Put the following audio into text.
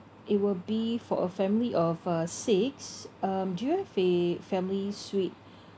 it will be for a family of uh six um do you have a family suite